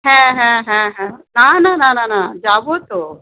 হ্যাঁ হ্যাঁ হ্যাঁ হ্যাঁ না না না না না যাবো তো